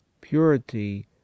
purity